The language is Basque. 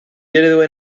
ereduen